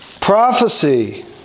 Prophecy